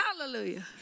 Hallelujah